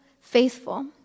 faithful